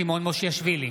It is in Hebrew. סימון מושיאשוילי,